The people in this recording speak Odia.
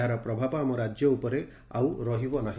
ଏହାର ପ୍ରଭାବ ଆମ ରାକ୍ୟ ଉପରେ ଆଉ ରହିବ ନାହି